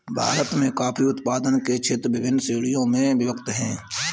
भारत में कॉफी उत्पादन के क्षेत्र विभिन्न श्रेणियों में विभक्त हैं